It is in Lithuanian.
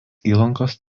įlankos